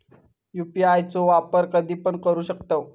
UPI चो वापर कधीपण करू शकतव?